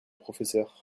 professeur